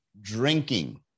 drinking